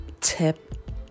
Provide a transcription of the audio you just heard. tip